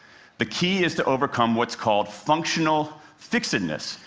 the key is to overcome what's called functional fixedness.